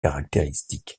caractéristique